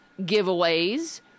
giveaways –